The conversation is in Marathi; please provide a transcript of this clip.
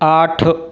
आठ